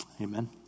Amen